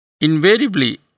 Invariably